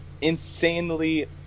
insanely